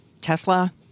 Tesla